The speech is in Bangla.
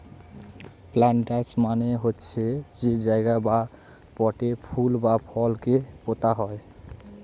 প্লান্টার্স মানে হচ্ছে যেই জায়গাতে বা পটে ফুল বা ফল কে পোতা হয়